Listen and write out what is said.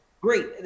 great